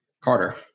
Carter